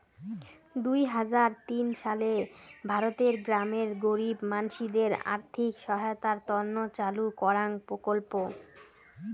দুই হাজার তিন সালে ভারতের গ্রামের গরীব মানসিদের আর্থিক সহায়তার তন্ন চালু করাঙ প্রকল্প